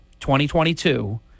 2022